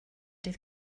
dydd